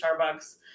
Starbucks